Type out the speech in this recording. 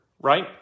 right